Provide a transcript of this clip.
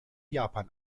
japan